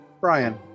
brian